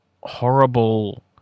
horrible